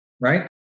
right